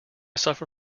suffer